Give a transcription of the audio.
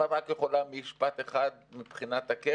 אם תוכלי לומר במשפט אחד מה קורה מבחינת הקרן.